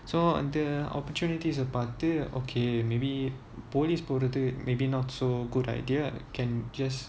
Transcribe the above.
so அந்த:antha opportunities அ பார்த்து:a paarthu okay maybe police போறது:porathu maybe not so good idea can just